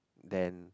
then